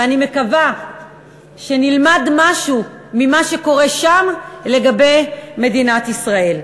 ואני מקווה שנלמד משהו ממה שקורה שם לגבי מדינת ישראל.